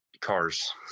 cars